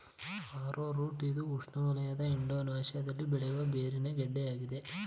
arrowroot ಇದು ಉಷ್ಣವಲಯದ ಇಂಡೋನೇಶ್ಯದಲ್ಲಿ ಬೆಳೆಯ ಬೇರಿನ ಗೆಡ್ಡೆ ಆಗಿದೆ